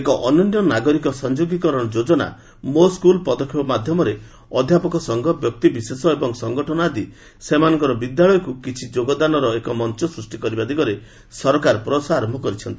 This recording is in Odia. ଏକ ଅନନ୍ୟ ନାଗରିକ ସଂଯୋଗୀକରଣ ଯୋଜନା ମୋ ସ୍କୁଲ୍ ପଦକ୍ଷେପ ମାଧ୍ୟମରେ ଅଧ୍ୟାପକ ସଫଘ ବ୍ୟକ୍ତିବିଶେଷ ଏବଂ ସଂଗଠନ ଆଦି ସେମାନଙ୍କର ବିଦ୍ୟାଳୟକୁ କିଛି ଯୋଗଦାନର ଏକ ମଞ୍ଚ ସୃଷ୍ଟି କରିବା ଦିଗରେ ସରକାର ପ୍ରୟାସ ଆରମ୍ଭ କରିଛନ୍ତି